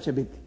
će biti,